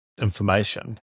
information